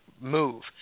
move